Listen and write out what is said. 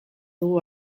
dugu